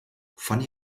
fanny